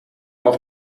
auf